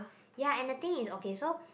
ya and the thing is okay so